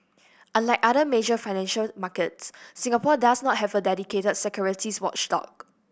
unlike other major financial markets Singapore does not have a dedicated securities watchdog